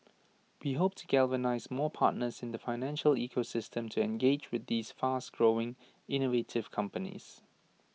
we hope to galvanise more partners in the financial ecosystem to engage with these fast growing innovative companies